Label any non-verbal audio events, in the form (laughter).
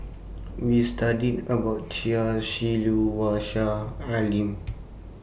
We studied about Chia Shi Lu Wang Sha and Lim (noise)